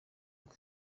rwe